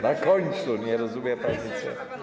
Na końcu, nie rozumie pani?